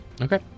Okay